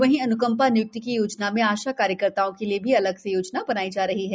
वहींअन्कम्पा निय्क्ति की योजना में आशा कार्यकर्ताओं के लिए भी अलग से योजना बनाई जा रही है